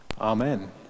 amen